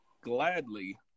gladly